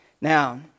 Now